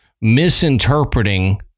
misinterpreting